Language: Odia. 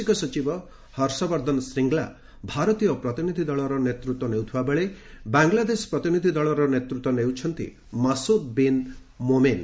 ବୈଦେଶିକ ସଚିବ ହର୍ଷବର୍ଦ୍ଧନ ଶ୍ରିଙ୍ଗ୍ଲା ଭାରତୀୟ ପ୍ରତିନିଧି ଦଳର ନେତୃତ୍ୱ ନେଇଥିବାବେଳେ ବାଂଲାଦେଶ ପ୍ରତିନିଧି ଦଳର ନେତୃତ୍ୱ ନେଉଛନ୍ତି ମାସୁଦ୍ ବିନ୍ ମୋମେନ୍